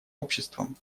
обществом